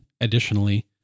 additionally